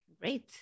Great